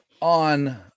on